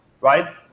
right